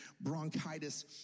bronchitis